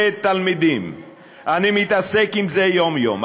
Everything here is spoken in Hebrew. אני מתעסק עם זה יום-יום.